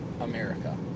america